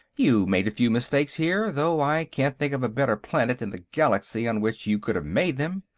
you made a few mistakes here, though i can't think of a better planet in the galaxy on which you could have made them.